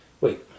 Wait